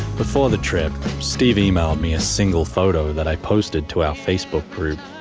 before the trip, steve emailed me a single photo that i posted to our facebook group.